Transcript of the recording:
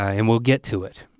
and we'll get to it.